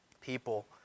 people